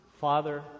Father